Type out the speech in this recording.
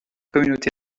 communauté